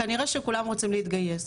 כנראה שכולם רוצים להתגייס.